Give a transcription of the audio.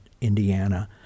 Indiana